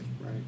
right